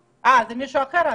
מישהו אחר ענה.